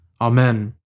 Amen